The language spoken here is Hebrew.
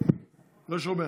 לא שומע.